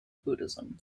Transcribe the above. buddhism